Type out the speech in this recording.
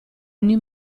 ogni